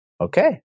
Okay